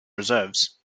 reserves